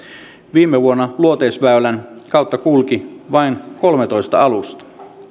viime vuonna luoteisväylän kautta kulki vain kolmetoista alusta